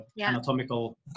anatomical